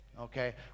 okay